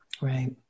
right